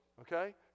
okay